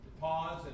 pause